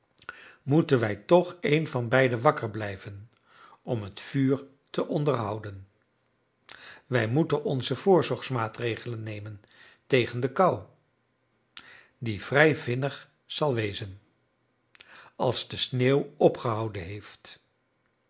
moeten wij toch een van beiden wakker blijven om het vuur te onderhouden wij moeten onze voorzorgsmaatregelen nemen tegen de kou die vrij vinnig zal wezen als de sneeuw opgehouden heeft